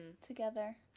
together